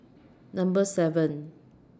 Number seven